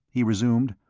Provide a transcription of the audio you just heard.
he resumed,